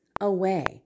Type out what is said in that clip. away